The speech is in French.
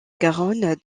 garonne